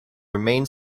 remain